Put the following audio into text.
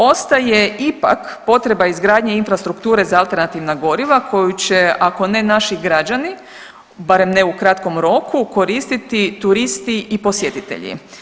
Ostaje ipak potreba izgradnje infrastrukture za alternativna goriva koju će ako ne naši građani, barem ne u kratkom roku koristiti turisti i posjetitelji.